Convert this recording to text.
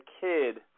kid